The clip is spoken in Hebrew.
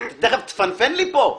תיכף תפנפן לי פה.